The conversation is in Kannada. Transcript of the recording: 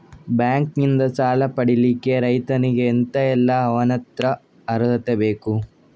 ಬ್ಯಾಂಕ್ ನಿಂದ ಸಾಲ ಪಡಿಲಿಕ್ಕೆ ರೈತನಿಗೆ ಎಂತ ಎಲ್ಲಾ ಅವನತ್ರ ಅರ್ಹತೆ ಬೇಕು?